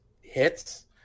hits